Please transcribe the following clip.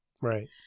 right